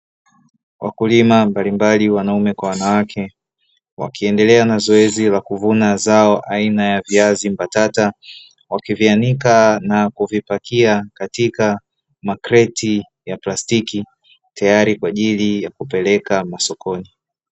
Wakulima mbalimbali wanaume kwa wanawake wakiendelea na zoezi la kuvuna zao aina ya viazi mbatata wakivianika na kuvipakia katika makreti ya plastiki tayali kwaajili ya kupeleka masokoni.